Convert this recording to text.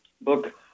book